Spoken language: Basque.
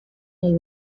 nahi